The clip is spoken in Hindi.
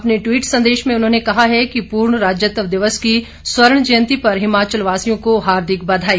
अपने ट्वीट संदेश में उन्होंने कहा है कि पूर्ण राज्यत्व दिवस की स्वर्ण जयंती पर हिमाचल वासियों को हार्दिक बधाई